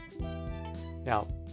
Now